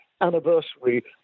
anniversary